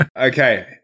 Okay